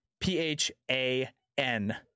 p-h-a-n